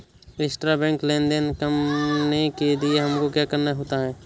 Intrabank लेन देन करने के लिए हमको क्या करना होता है?